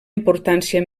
importància